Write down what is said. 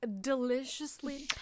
deliciously